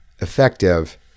Effective